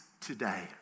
today